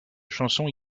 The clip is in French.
chansons